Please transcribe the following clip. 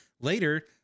later